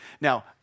Now